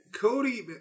Cody